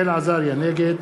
נגד